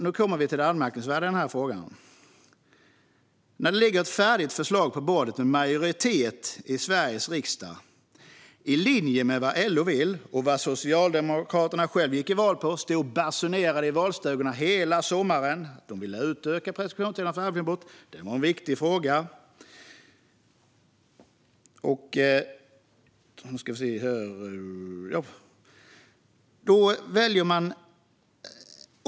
Nu kommer vi till det anmärkningsvärda i frågan. När det ligger ett färdigt förslag på bordet från en majoritet i Sveriges riksdag väljer man att rösta nej till detta, trots att det ligger i linje med vad LO vill och vad Socialdemokraterna själva gick till val på. De stod hela sommaren i valstugorna och basunerade ut att de ville utöka preskriptionstiden för arbetsmiljöbrott, eftersom det var en viktig fråga. Fru talman!